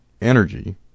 energy